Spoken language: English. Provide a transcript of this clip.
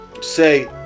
say